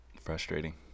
Frustrating